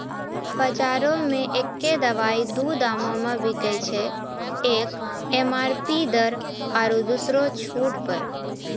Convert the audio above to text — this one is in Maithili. बजारो मे एक्कै दवाइ दू दामो मे बिकैय छै, एक एम.आर.पी दर आरु दोसरो छूट पर